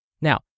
Now